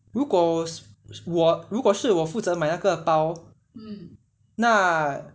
如果我 我如果是我负责买那个包那